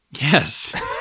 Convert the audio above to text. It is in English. Yes